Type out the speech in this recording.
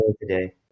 today